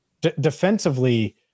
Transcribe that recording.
defensively